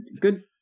good